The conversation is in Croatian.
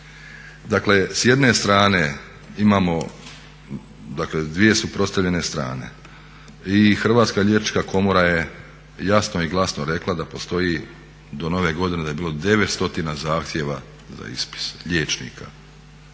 Dakle s jedne strane imamo dakle dvije suprotstavljene strane i Hrvatska liječnička komora je jasno i glasno rekla da postoji do Nove godine da je bilo 900 zahtjeva za ispis liječnika,